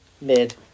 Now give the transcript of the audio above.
Mid